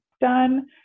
done